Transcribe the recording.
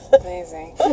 Amazing